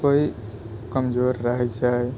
कोइ कमजोर रहैत छै